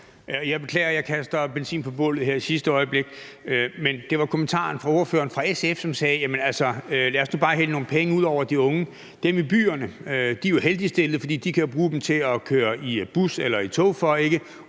Jeg beklager, at jeg kaster benzin på bålet her i sidste øjeblik, men det er på grund af kommentaren fra ordføreren fra SF, som sagde: Lad os nu bare hælde nogle penge ud over de unge; dem i byerne er jo heldigt stillet, for de kan jo bruge dem til at køre i bus eller tog for; ude